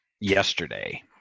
yesterday